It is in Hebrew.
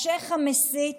השייח' המסית